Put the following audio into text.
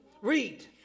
Read